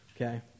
Okay